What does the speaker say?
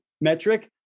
metric